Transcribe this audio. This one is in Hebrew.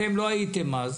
אתם לא הייתם אז,